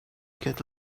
get